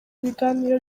biganiro